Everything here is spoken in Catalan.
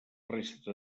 resta